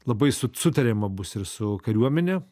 labai su sutariama bus ir su kariuomene